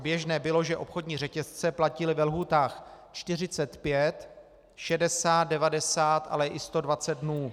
Běžné bylo, že obchodní řetězce platily ve lhůtách 45, 60, 90, ale i 120 dnů.